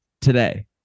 today